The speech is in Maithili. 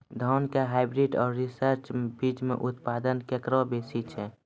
धान के हाईब्रीड और रिसर्च बीज मे उत्पादन केकरो बेसी छै?